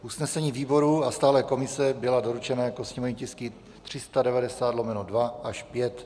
Usnesení výborů a stálé komise byla doručena jako sněmovní tisky 390/2 až 5.